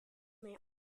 may